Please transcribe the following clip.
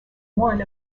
one